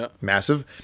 massive